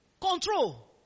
Control